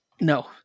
No